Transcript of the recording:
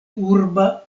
urba